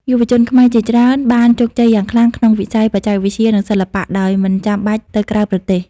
យុវជនខ្មែរជាច្រើនបានជោគជ័យយ៉ាងខ្លាំងក្នុងវិស័យបច្ចេកវិទ្យា និងសិល្បៈ ដោយមិនចាំបាច់ទៅក្រៅប្រទេស។